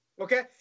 okay